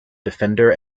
defender